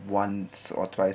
once or twice